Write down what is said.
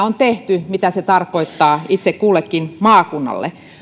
on tehty laskelmia mitä se tarkoittaa itse kullekin maakunnalle